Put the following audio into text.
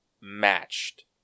matched